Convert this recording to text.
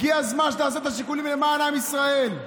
הגיע הזמן שתעשה את השיקולים למען עם ישראל.